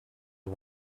had